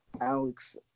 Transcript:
Alex